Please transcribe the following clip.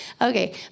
Okay